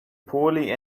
poorly